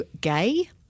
gay